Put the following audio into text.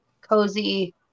cozy